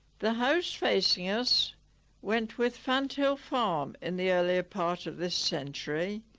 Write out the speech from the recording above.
the house facing us went with fanthill farm in the earlier part of this century.